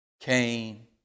Cain